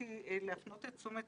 עניינו בוועדת חקירה פרלמנטרית,